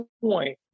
point